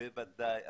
בוודאי,